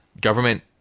Government